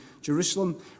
Jerusalem